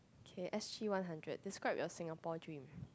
okay S_G one hundred describe your Singapore dream